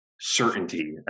certainty